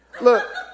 Look